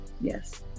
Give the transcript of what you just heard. Yes